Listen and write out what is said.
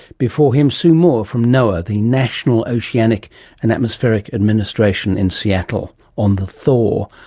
before him sue moore from noaa, the national oceanic and atmospheric administration in seattle, on the thaw,